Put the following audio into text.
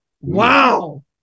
Wow